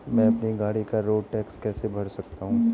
मैं अपनी गाड़ी का रोड टैक्स कैसे भर सकता हूँ?